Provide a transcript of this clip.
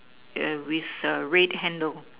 yeah with a red handle